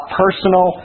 personal